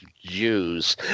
Jews